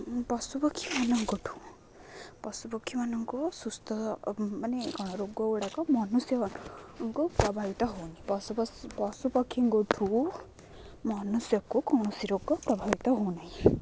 ପଶୁପକ୍ଷୀମାନଙ୍କଠୁ ପଶୁପକ୍ଷୀମାନଙ୍କୁ ସୁସ୍ଥ ମାନେ କ'ଣ ରୋଗ ଗୁଡ଼ାକ ମନୁଷ୍ୟଙ୍କୁ ପ୍ରଭାବିତ ହଉନି ପଶୁ ପଶୁପକ୍ଷୀଙ୍କଠୁ ମନୁଷ୍ୟକୁ କୌଣସି ରୋଗ ପ୍ରଭାବିତ ହଉ ନାହିଁ